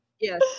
Yes